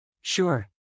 Sure